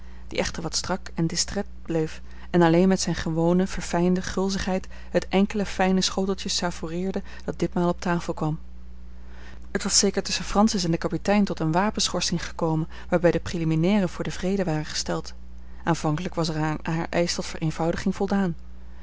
die echter wat strak en distrait bleef en alleen met zijne gewone verfijnde gulzigheid het enkele fijne schoteltje savoureerde dat ditmaal op tafel kwam het was zeker tusschen francis en den kapitein tot eene wapenschorsing gekomen waarbij de preliminairen voor den vrede waren gesteld aanvankelijk was er aan haar eisch tot vereenvoudiging voldaan